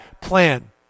plan